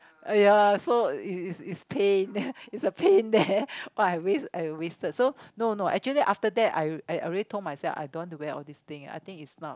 uh ya so is is is pain is a pain there oh I waste I wasted so no no actually after that I I already told myself I don't want to wear all these thing I think it's not